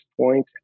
point